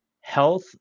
health